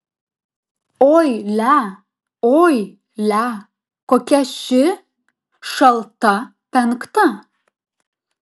oi lia oi lia kokia ši šalta penkta